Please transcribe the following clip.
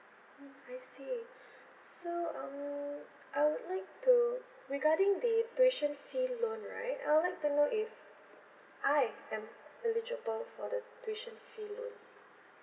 mm I see so um I would like to regarding the tuition fee loan right I would like to know if I am eligible for the tuition fee loan